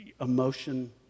emotion